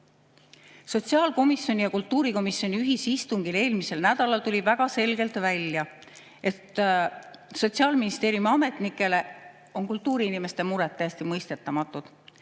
Sotsiaalkomisjoni ja kultuurikomisjoni ühisistungil eelmisel nädalal tuli väga selgelt välja, et Sotsiaalministeeriumi ametnikele on kultuuriinimeste mured täiesti mõistetamatud.